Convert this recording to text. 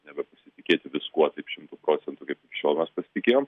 nebepasitikėti viskuo taip šimtu procentų kaip iki šiol mes pasitikėjom